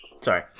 Sorry